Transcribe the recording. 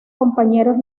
compañeros